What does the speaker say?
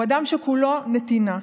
הוא אדם שכולו נתינה,